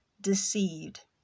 deceived